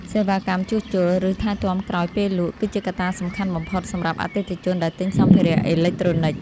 សេវាកម្មជួសជុល ឬថែទាំក្រោយពេលលក់ គឺជាកត្តាសំខាន់បំផុតសម្រាប់អតិថិជនដែលទិញសម្ភារៈអេឡិចត្រូនិក។